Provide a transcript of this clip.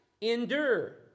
Endure